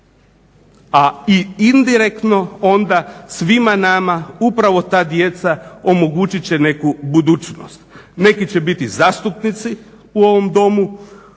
A i indirektno onda svima nama upravo ta djeca omogućit će neku budućnost. Neki će biti zastupnici u ovom Domu,